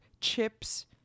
chips